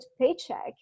paycheck